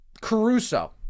Caruso